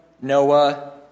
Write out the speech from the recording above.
Noah